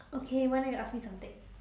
okay why not you ask me something